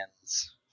hands